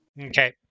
Okay